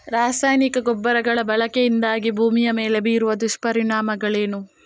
ರಾಸಾಯನಿಕ ಗೊಬ್ಬರಗಳ ಬಳಕೆಯಿಂದಾಗಿ ಭೂಮಿಯ ಮೇಲೆ ಬೀರುವ ದುಷ್ಪರಿಣಾಮಗಳೇನು?